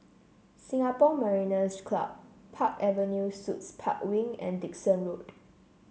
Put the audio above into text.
Singapore Mariners' Club Park Avenue Suites Park Wing and Dickson Road